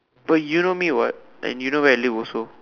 but you know me what and you know where I live also